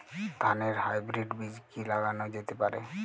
ধানের হাইব্রীড বীজ কি লাগানো যেতে পারে?